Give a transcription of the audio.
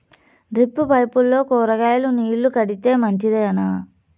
Drip పైపుల్లో కూరగాయలు నీళ్లు కడితే మంచిదేనా?